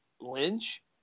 Lynch